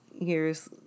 years